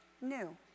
new